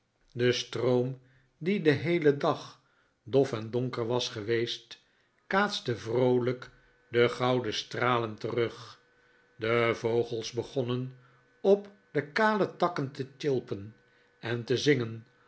de stroom die den heelen dag dof en donker was geweest kaatste vroolijk de gouden stralen terug de vogels begonnen op de kale takken te sjilpen en te zingen